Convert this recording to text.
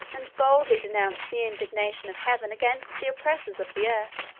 and boldly denounced the indignation of heaven against the oppressors of the earth